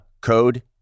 code